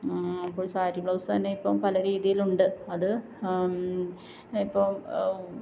അപ്പോൾ സാരീ ബ്ലൗസന്നെ ഇപ്പോൾ പല രീതിയിലുണ്ട് അത് ഇപ്പോൾ